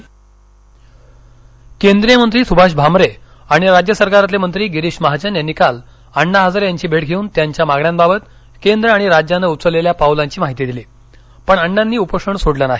हजारे आंदोलन अहमदनगर केंद्रीय मंत्री सुभाष भामरे आणि राज्यसरकारातले मंत्री गिरीश महाजन यांनी काल अण्णा हजारे यांची भेट धेऊन त्यांच्या मागण्यांबाबत केंद्र आणि राज्यानं उचललेल्या पावलांची माहिती दिली पण अण्णांनी उपोषण सोडलं नाही